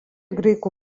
graikų